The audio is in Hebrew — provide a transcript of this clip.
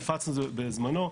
הפצנו בזמנו,